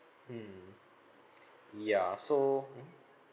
hmm ya so mmhmm